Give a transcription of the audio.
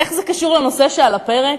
איך זה קשור לנושא שעל הפרק?